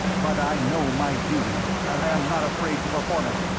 but i know my duty and i am not afraid to perform it.